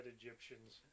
egyptians